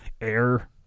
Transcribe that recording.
air